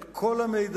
את כל המידע.